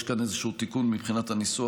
יש כאן איזשהו תיקון מבחינת הניסוח,